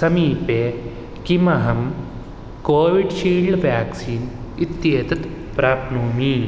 समीपे किमहं Covishield vaccine इत्येतत् प्राप्नोमि